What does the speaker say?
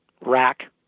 rack